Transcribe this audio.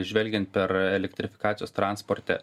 žvelgiant per elektrifikacijos transporte